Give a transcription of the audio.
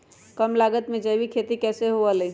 कम लागत में जैविक खेती कैसे हुआ लाई?